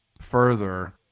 further